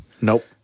nope